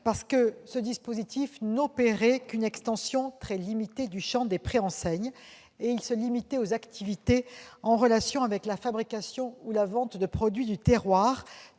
dont le dispositif n'opérait qu'une extension très limitée du champ des préenseignes aux activités en relation avec la fabrication ou la vente de produits du terroir,